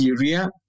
area